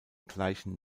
gleichen